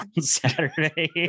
Saturday